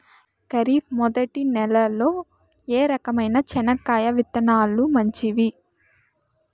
ఖరీఫ్ మొదటి నెల లో ఏ రకమైన చెనక్కాయ విత్తనాలు మంచివి